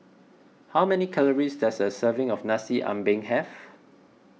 how many calories does a serving of Nasi Ambeng have